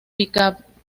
bicampeonato